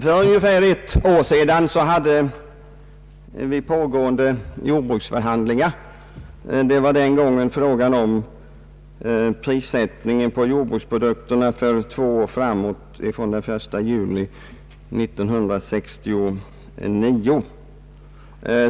För ungefär ett år sedan pågick jordbruksförhandlingar. De gällde prissättningen på jordbruksprodukter för två år framåt från den 1 juli 1969.